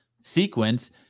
sequence